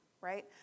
right